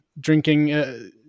drinking